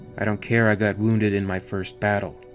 i don't care i got wounded in my first battle.